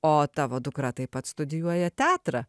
o tavo dukra taip pat studijuoja teatrą